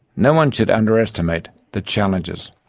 no one should underestimate the challenges.